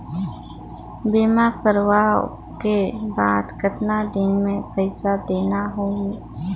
बीमा करवाओ के बाद कतना दिन मे पइसा देना हो ही?